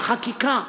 החקיקה.